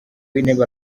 w’intebe